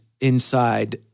inside